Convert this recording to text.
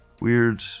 Weird